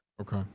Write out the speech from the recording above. Okay